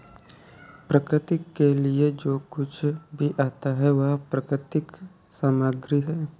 प्रकृति के लिए जो कुछ भी आता है वह प्राकृतिक सामग्री है